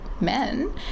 men